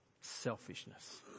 Selfishness